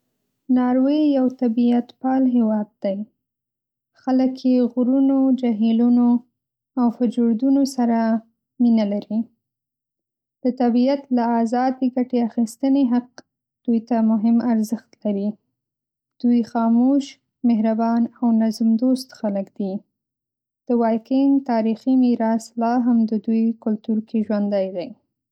ناروې یو طبیعت‌پال هېواد دی، خلک یې غرونو، جهیلونو او "فجوردونو" سره مینه لري. د طبیعت له ازادې ګټې اخیستنې حق – مهم ارزښت لري. دوی خاموش، مهربان او نظم‌دوست خلک دي. د وایکینګ تاریخي میراث لا هم د دوی کلتور کې ژوندی دی.